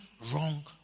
wrong